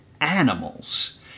animals